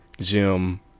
gym